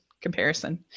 comparison